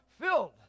filled